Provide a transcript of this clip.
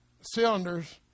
cylinders